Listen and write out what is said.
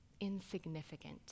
insignificant